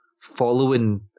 following